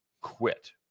quit